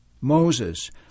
Moses